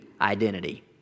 identity